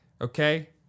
Okay